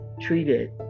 treated